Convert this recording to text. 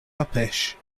uppish